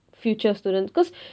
future students because